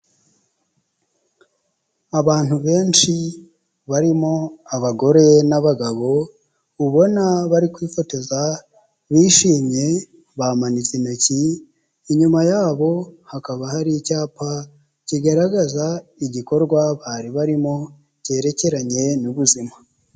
Abantu benshi barimo abagore n'abagabo ubona bari kwifotoza bishimye bamanitse intoki inyuma yabo hakaba hari icyapa kigaragaza igikorwa bari barimo cyerekeranye n'ubuzima.